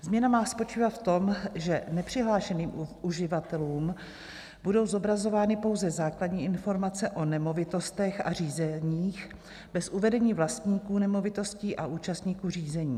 Změna má spočívat v tom, že nepřihlášeným uživatelům budou zobrazovány pouze základní informace o nemovitostech a řízeních bez uvedení vlastníků nemovitostí a účastníků řízení.